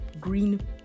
green